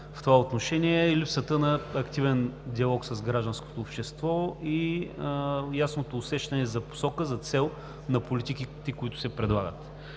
в това отношение е липсата на активен диалог с гражданското общество и ясното усещане за посока, за цел на политиките, които се предлагат.